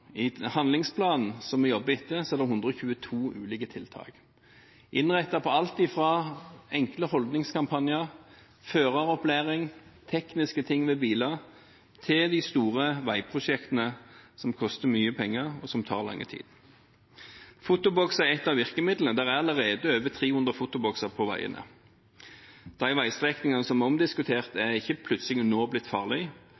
I handlingsplanen som vi jobber etter, er det 122 ulike tiltak, innrettet på alt fra enkle holdningskampanjer, føreropplæring og tekniske ting med biler til de store veiprosjektene, som koster mye penger, og som tar lang tid. Fotoboks er et av virkemidlene. Det er allerede over 300 fotobokser på veiene. De veistrekningene som er omdiskutert, er ikke plutselig blitt farlige nå.